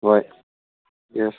ꯍꯣꯏ ꯌꯦꯁ